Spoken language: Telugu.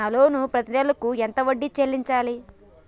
నా లోను పత్తి నెల కు ఎంత వడ్డీ చెల్లించాలి?